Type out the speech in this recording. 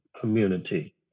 community